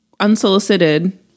unsolicited